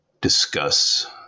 discuss